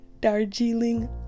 darjeeling